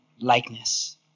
likeness